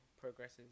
progresses